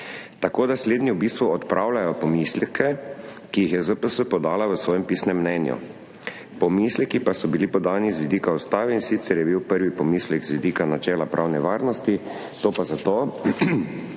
tako da slednji v bistvu odpravljajo pomisleke, ki jih je ZPS podala v svojem pisnem mnenju, pomisleki pa so bili podani z vidika ustave, in sicer je bil prvi pomislek z vidika načela pravne varnosti, to pa zato,